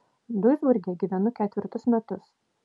duisburge gyvenu ketvirtus metus